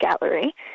gallery